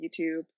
YouTube